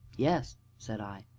yes, said i.